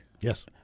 yes